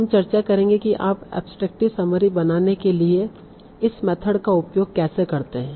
हम चर्चा करेंगे कि आप एब्सट्रैक्टटिव समरी बनाने के लिए इस मेथड का उपयोग कैसे करते हैं